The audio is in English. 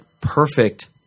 perfect